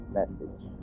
message